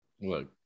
Look